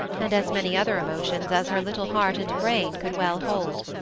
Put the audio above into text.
and as many other emotions as her little heart and brain could well hold.